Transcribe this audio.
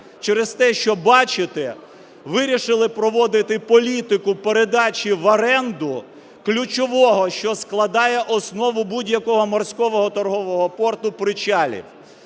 Через те, що, бачите, вирішили проводити політику передачі в оренду ключового, що складає основу будь-якого морського торгового порту, причалів.